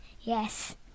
Yes